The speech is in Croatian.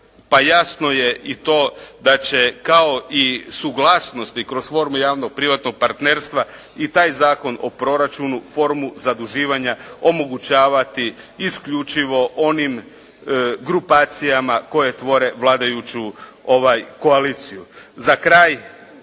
Pa jasno je i to da će kao i suglasnosti kroz formu javno-privatnog partnerstva i taj zakon o proračunu formu zaduživanja omogućavati isključivo onim grupacijama koje tvore vladajuću koaliciju. Za kraj